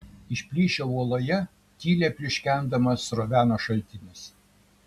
iš plyšio uoloje tyliai pliuškendamas sroveno šaltinis